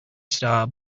star